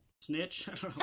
Snitch